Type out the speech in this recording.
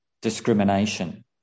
discrimination